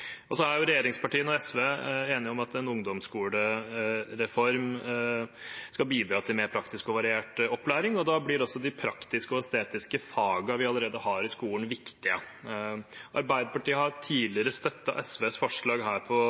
Regjeringspartiene og SV er enige om at en ungdomsskolereform skal bidra til mer praktisk og variert opplæring, og da blir også de praktiske og estetiske fagene vi allerede har i skolen, viktige. Arbeiderpartiet har tidligere støttet SVs forslag her på